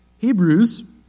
Hebrews